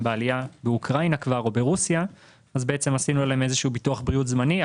כבר באוקראינה או ברוסיה עשינו להם ביטוח בריאות זמני.